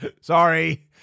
sorry